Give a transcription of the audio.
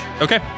okay